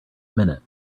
minute